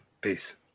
Peace